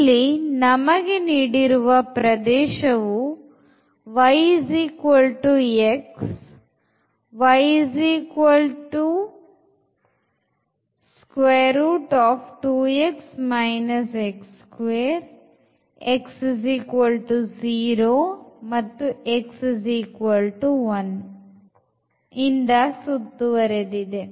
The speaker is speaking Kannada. ಇಲ್ಲಿ ನಮಗೆ ನೀಡಿರುವ ಪ್ರದೇಶವು yxx0 ಮತ್ತು x1 ಇಂದ ಸುತ್ತುವರೆದಿದೆ